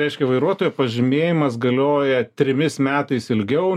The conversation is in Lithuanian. reiškia vairuotojo pažymėjimas galioja trimis metais ilgiau